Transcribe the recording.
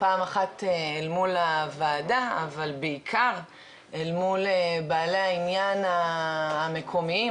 פעם אחת אל מול הוועדה אבל בעיקר אל מול בעלי העניין המקומיים,